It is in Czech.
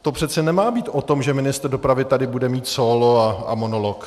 To přece nemá být o tom, že ministr dopravy tady bude mít sólo a monolog.